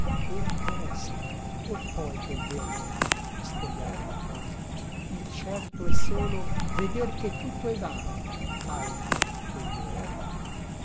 che resta or poi che il verde è spogliato alle cose il certo e solo veder che tutto è vano altro che il duolo